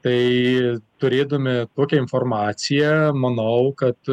tai turėdami tokią informaciją manau kad